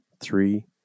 three